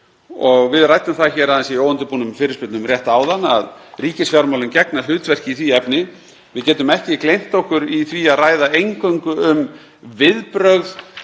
Við ræddum það hér aðeins í óundirbúnum fyrirspurnum rétt áðan að ríkisfjármálin gegna hlutverki í því efni. Við getum ekki gleymt okkur í því að ræða eingöngu um viðbrögð